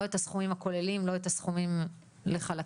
לא את הסכומים הכוללים ולא את הסכומים בחלקים.